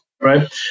Right